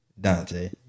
Dante